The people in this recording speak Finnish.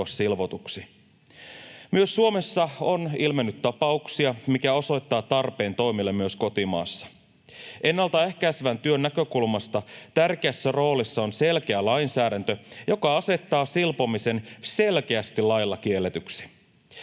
Myös Suomessa on ilmennyt tapauksia, mikä osoittaa tarpeen toimille myös kotimaassa. Ennalta ehkäisevän työn näkökulmasta tärkeässä roolissa on selkeä lainsäädäntö, joka asettaa silpomisen selkeästi lailla kielletyksi.